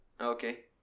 Okay